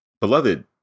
Beloved